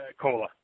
Cola